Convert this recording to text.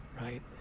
Right